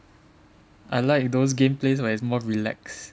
I like those game plays where it's more relaxed